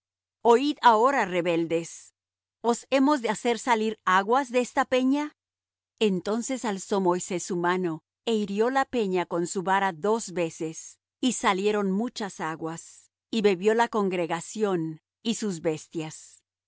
oid ahora rebeldes os hemos de hacer salir aguas de esta peña entonces alzó moisés su mano é hirió la peña con su vara dos veces y salieron muchas aguas y bebió la congregación y sus bestias